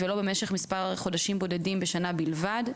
ולא במשך מספר חודשים בודדים בשנה בלבד.